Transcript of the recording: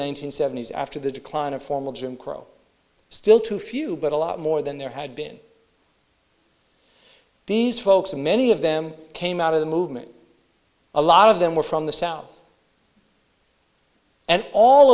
hundred seventy s after the decline of formal jim crow still too few but a lot more than there had been these folks and many of them came out of the movement a lot of them were from the south and all